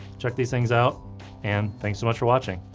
check these things out and thanks so much for watching.